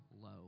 low